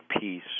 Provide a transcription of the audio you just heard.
peace